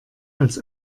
als